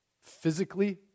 physically